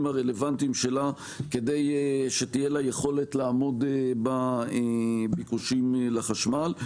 הרלוונטיים שלה כדי שתהיה לה יכולת לעמוד בביקושים לחשמל.